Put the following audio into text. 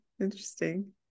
interesting